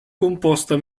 composta